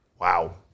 Wow